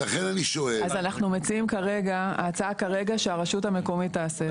לכן אני שואל --- אז אנחנו מציעים כרגע שהרשות המקומית תעשה את זה.